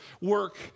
work